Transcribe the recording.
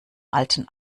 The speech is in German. alten